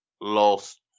Lost